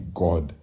god